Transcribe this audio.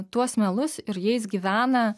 tuos melus ir jais gyvena